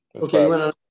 Okay